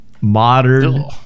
Modern